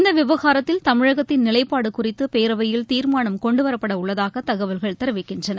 இந்த விவகாரத்தில் தமிழகத்தின் நிலைப்பாடு குறித்து பேரவையில் தீர்மானம் கொண்டுவரப்பட உள்ளதாக தகவல்கள் தெரிவிக்கின்றன